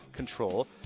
Control